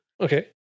Okay